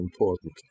important